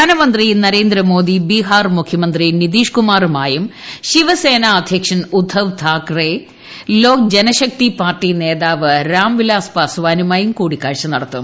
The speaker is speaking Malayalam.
പ്രധാനമന്ത്രി നരേന്ദ്രമോദി ബീഹാർ മുഖൃമന്ത്രി നിതീഷ് കുമാറുമായും ശിവസേന അദ്ധ്യക്ഷൻ ഉദ്ദവ് താക്കറെ ലോക്ജനശക്തി പാർട്ടി നേതാവ് രാംവിലാസ് പസ്വാനുമായും കൂടിക്കാഴ്ച നടത്തും